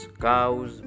cows